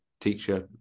teacher